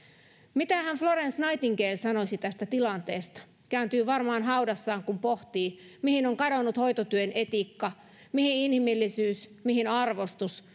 mitähän florence nightingale sanoisi tästä tilanteesta kääntyy varmaan haudassaan kun pohtii mihin on kadonnut hoitotyön etiikka mihin inhimillisyys mihin arvostus